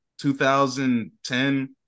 2010